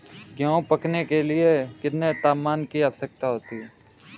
गेहूँ पकने के लिए कितने तापमान की आवश्यकता होती है?